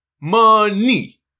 Money